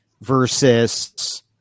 versus